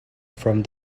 from